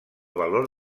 valor